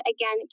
again